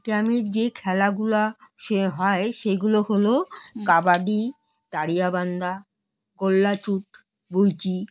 গ্রামের যে খেলাগুলা সে হয় সেগুলো হলো কাবাডি দাড়িয়াবান্ধা গোল্লাছুট বউচি